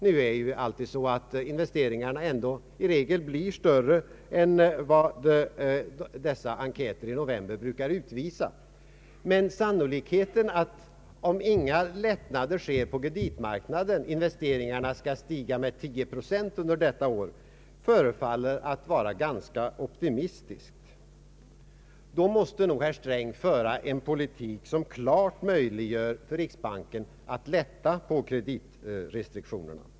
Emellertid är det ju så att investeringarna i regel blir större än vad dessa novemberenkäter brukar utvisa, men antagandet att investeringarna skall stiga med 10 procent under detta år även om inga lättnader sker på kreditmarknaden förefaller vara ganska optimistiskt. Om det skall bli möjligt måste nog herr Sträng föra en politik som klart möjliggör för riksbanken att lätta på kreditrestriktionerna.